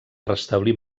restablir